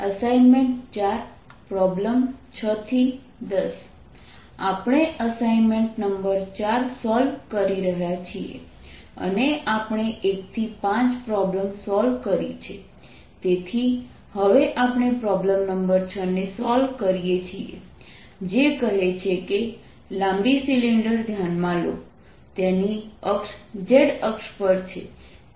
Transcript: assignment 4 problem 6 10 આપણે assignment number 4 solve કરી રહ્યા છીએ અને આપણે 1 થી 5 પ્રોબ્લેમ સોલ્વ કરી છે તેથી હવે આપણે પ્રોબ્લેમ નંબર 6 ને સોલ્વ કરીએ છીએ જે કહે છે કે લાંબી સિલિન્ડર ધ્યાનમાં લો તેની અક્ષ z અક્ષ પર છે